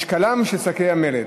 (משקלם של שקי מלט),